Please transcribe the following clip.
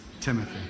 Timothy